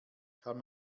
kann